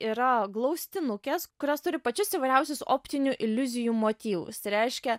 yra glaustinukės kurios turi pačius įvairiausius optinių iliuzijų motyvus tai reiškia